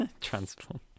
Transform